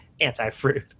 anti-fruit